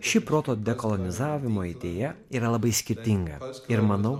ši proto kolonizavimo idėja yra labai skirtinga ir manau